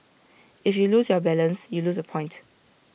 if you lose balance you lose A point